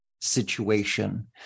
situation